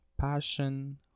Passion